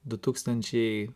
du tūkstančiai